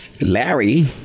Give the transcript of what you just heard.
Larry